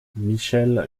michel